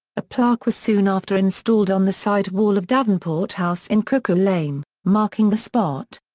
a plaque was soon after installed on the side wall of davenport house in cuckoo lane, marking the spot.